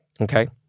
okay